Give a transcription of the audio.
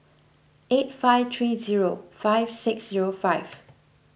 eight five three zero five six zero five